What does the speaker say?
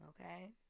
okay